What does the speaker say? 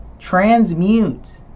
transmute